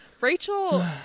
Rachel